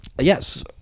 Yes